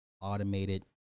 automated